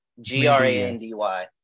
G-R-A-N-D-Y